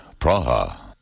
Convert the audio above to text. Praha